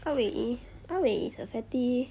ah wei ah wei is a fatty